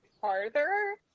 farther